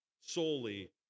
solely